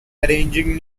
arranging